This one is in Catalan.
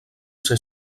ser